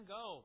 go